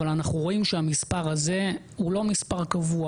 שאנחנו רואים שהמספר הזה הוא לא מספר קבוע,